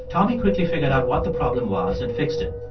tommy quickly figured out what the problem was and fixed it.